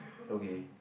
okay